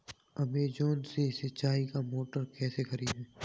Amazon से सिंचाई का मोटर कैसे खरीदें?